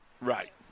right